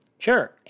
Sure